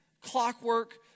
clockwork